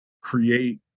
create